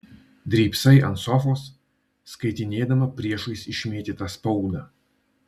drybsai ant sofos skaitinėdama priešais išmėtytą spaudą